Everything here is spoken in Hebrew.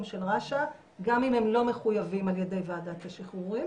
של רש"א גם אם הם לא מחויבים על ידי ועדת השחרורים